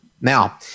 Now